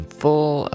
full